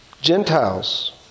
Gentiles